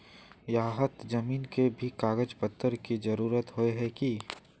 यहात जमीन के भी कागज पत्र की जरूरत होय है की?